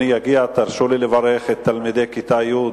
עד שאדוני יגיע, תרשו לי לברך את תלמידי כיתה י'